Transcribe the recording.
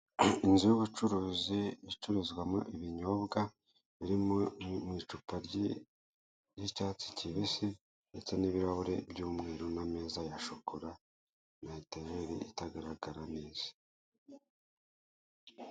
Inzu y'ubucuruzi icururizwamo ibinyobwa, biri mu icupa ry'icyatsi kibisi ndetse n'ibirahura by'umweru n'ameza ya shokora na etajeri itagaragara neza.